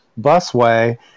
busway